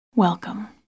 Welcome